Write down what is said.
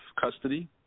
custody